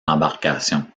l’embarcation